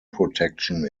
protection